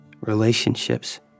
relationships